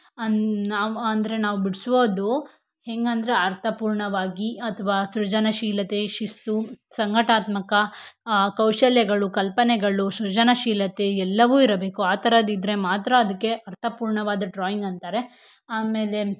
ಅನ್ನ ನಾವು ಅಂದರೆ ನಾವು ಬಿಡ್ಸೋದು ಹೆಂಗೆ ಅಂದರೆ ಅರ್ಥಪೂರ್ಣವಾಗಿ ಅಥವಾ ಸೃಜನಶೀಲತೆ ಶಿಸ್ತು ಸಂಘಟಾತ್ಮಕ ಕೌಶಲ್ಯಗಳು ಕಲ್ಪನೆಗಳು ಸೃಜನಶೀಲತೆ ಎಲ್ಲವೂ ಇರಬೇಕು ಆ ಥರದ್ದು ಇದ್ದರೆ ಮಾತ್ರ ಅದಕ್ಕೆ ಅರ್ಥಪೂರ್ಣವಾದ ಡ್ರಾಯಿಂಗ್ ಅಂತಾರೆ ಆಮೇಲೆ